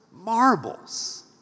Marbles